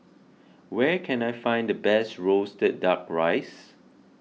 where can I find the best Roasted Duck Rice